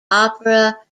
opera